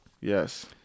yes